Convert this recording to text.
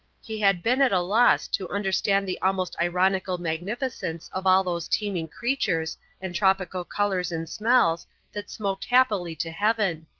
he had been at a loss to understand the almost ironical magnificence of all those teeming creatures and tropical colours and smells that smoked happily to heaven.